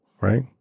right